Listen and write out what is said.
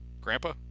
Grandpa